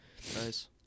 nice